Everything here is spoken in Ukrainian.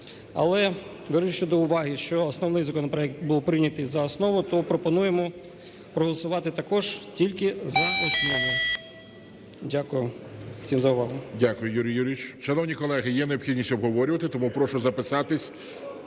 Але, беручи до уваги, що основний законопроект був прийнятий за основу, то пропонуємо проголосувати також тільки за основу. Дякую всім за увагу.